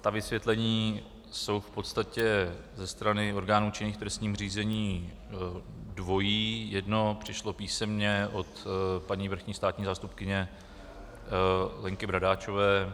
Ta vysvětlení jsou v podstatě ze strany orgánů činných v trestním řízení dvojí, jedno přišlo písemně od paní vrchní státní zástupkyně Lenky Bradáčové.